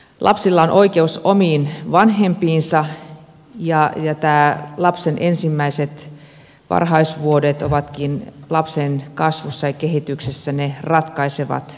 lapsilla on oikeus omiin vanhempiinsa ja lapsen ensimmäiset varhaisvuodet ovatkin lapsen kasvussa ja kehityksessä ne ratkaisevat tekijät